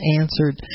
answered